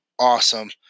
Awesome